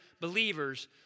believers